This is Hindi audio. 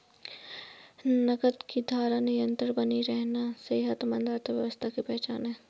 नकद की धारा निरंतर बनी रहना सेहतमंद अर्थव्यवस्था की पहचान है